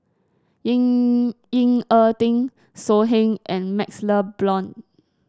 Ying Ying a Ding So Heng and MaxLe Blond